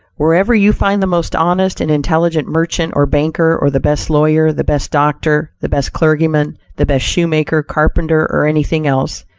wherever you find the most honest and intelligent merchant or banker, or the best lawyer, the best doctor, the best clergyman, the best shoemaker, carpenter, or anything else,